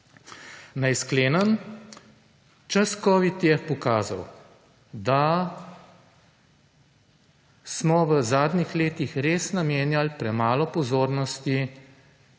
Naj sklenem, čas Covid je pokazal, da smo v zadnjih letih res namenjali premalo pozornosti